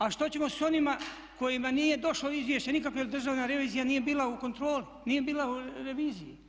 A što ćemo s onima kojima nije došlo izvješće nikakvo jer Državna revizija nije bila u kontroli, nije bila u reviziji?